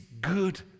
good